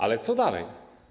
Ale co dalej?